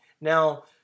Now